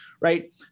Right